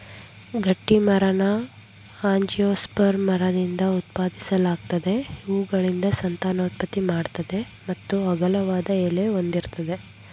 ಗಟ್ಟಿಮರನ angiosperm ಮರದಿಂದ ಉತ್ಪಾದಿಸಲಾಗ್ತದೆ ಹೂವುಗಳಿಂದ ಸಂತಾನೋತ್ಪತ್ತಿ ಮಾಡ್ತದೆ ಮತ್ತು ಅಗಲವಾದ ಎಲೆ ಹೊಂದಿರ್ತದೆ